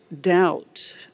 doubt